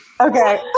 Okay